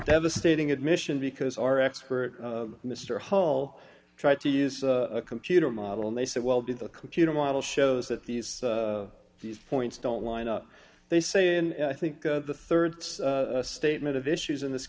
devastating admission because our expert mr hall tried to use a computer model and they said well did the computer model shows that these these points don't line up they say and i think the rd statement of issues in this